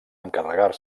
encarregar